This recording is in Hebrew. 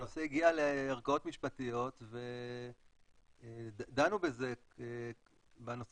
הנושא הגיע לערכאות משפטיות ודנו בנושא